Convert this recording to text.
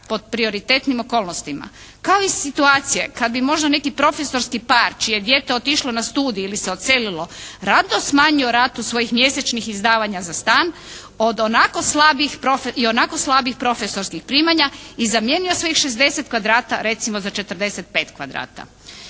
pod prioritetnim okolnostima kao i situacije kad bi možda neki profesorski par čije je dijete otišlo na studij ili se odselilo …/Govornica se ne razumije./… smanjio ratu svojih mjesečnih izdavanja za stan od ionako slabih profesorskih primanja i zamijenio svojih 60 kvadrata recimo za 45 kvadrata.